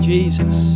Jesus